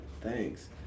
Thanks